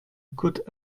côte